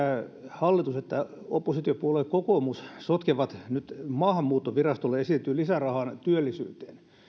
hallitus että oppositiopuolue kokoomus sotkevat nyt maahanmuuttovirastolle esitetyn lisärahan työllisyyteen